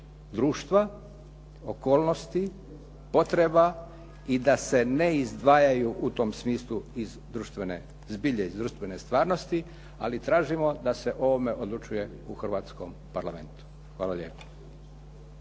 društva, okolnosti, potreba i da se ne izdvajaju u tom smislu iz društvene zbilje, iz društvene stvarnosti, ali tražimo da se o ovome odlučuje u Hrvatskom parlamentu. Hvala lijepo.